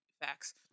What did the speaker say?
Facts